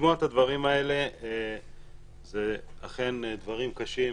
לשמוע את הדברים האלה זה אכן דברים קשים,